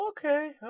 Okay